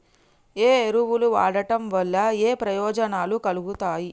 ఏ ఎరువులు వాడటం వల్ల ఏయే ప్రయోజనాలు కలుగుతయి?